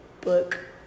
book